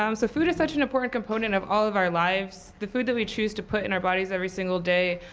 um so food is such an important component of all of our lives. the food that we choose to put in our bodies every single day,